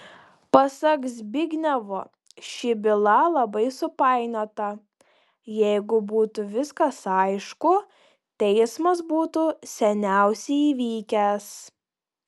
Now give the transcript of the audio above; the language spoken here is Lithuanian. pasak zbignevo ši byla labai supainiota jeigu būtų viskas aišku teismas būtų seniausiai įvykęs